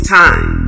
time